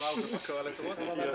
נגמר ומה קרה לטרוצקי.